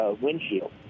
windshield